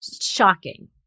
shocking